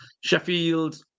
Sheffield